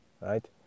right